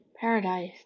paradise